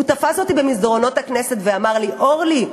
הוא תפס אותי במסדרון הכנסת ואמר לי: אורלי,